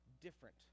different